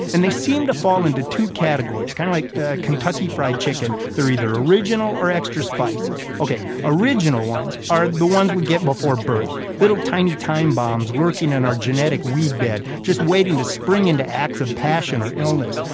and they seem to fall into two categories, kind of like ah kentucky fried chicken, they're either original or extra spicy. ok, original ones are the ones we get before birth, little tiny time bombs lurking in our genetic weed bed, just waiting to spring into acts of passion or illness.